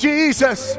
Jesus